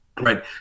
right